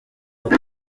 uko